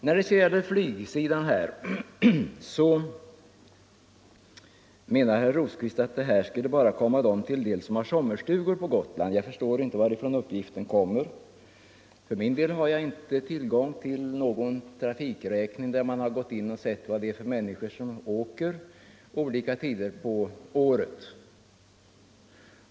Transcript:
När det gäller flyget anser herr Rosqvist att ett utökat stöd skulle komma bara dem till del som har sommarstugor på Gotland. Jag förstår inte varifrån den uppgiften kommer. För min del har jag inte tillgång till någon trafikräkning som visar vad det är för människor som åker olika tider på året.